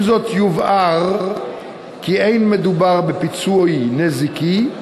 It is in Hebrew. עם זאת, יובהר כי אין מדובר בפיצוי נזיקי,